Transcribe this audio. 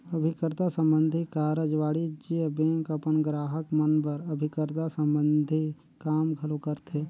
अभिकर्ता संबंधी कारज वाणिज्य बेंक अपन गराहक मन बर अभिकर्ता संबंधी काम घलो करथे